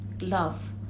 love